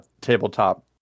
tabletop